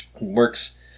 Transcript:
works